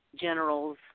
generals